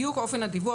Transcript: בדיוק אופן הדיווח.